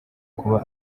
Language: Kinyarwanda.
kuba